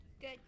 Good